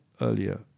earlier